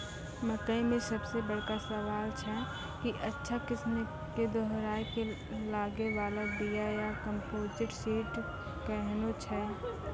मकई मे सबसे बड़का सवाल छैय कि अच्छा किस्म के दोहराय के लागे वाला बिया या कम्पोजिट सीड कैहनो छैय?